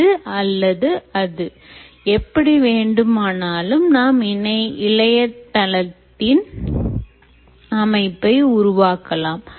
இது அல்லது அது எப்படி வேண்டுமானாலும் நாம் இணையதளத்தின் அமைப்பை உருவாக்கலாம்